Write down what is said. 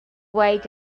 weight